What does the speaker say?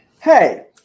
Hey